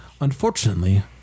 unfortunately